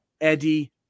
Eddie